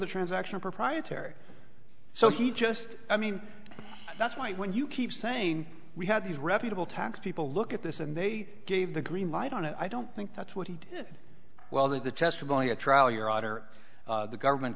the transaction proprietary so he just i mean that's why when you keep saying we had these reputable tax people look at this and they gave the green light on it i don't think that's what he did well that the testimony at trial your order the government